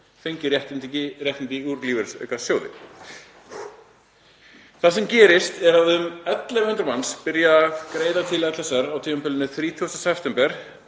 fengi réttindi úr lífeyrisaukasjóði. Það sem gerist er að um 1.100 manns byrja að greiða til LSR á tímabilinu 30. september